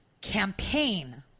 campaign